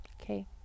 Okay